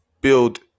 build